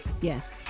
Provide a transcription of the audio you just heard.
Yes